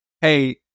hey